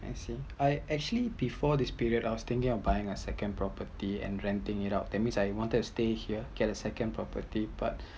I see I actually before this period I was thinking buying a second property and renting it out that’s mean I wanted to stay here get the second property but